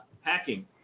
hacking